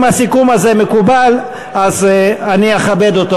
אם הסיכום הזה מקובל, אני אכבד אותו.